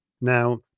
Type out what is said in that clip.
Now